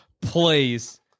please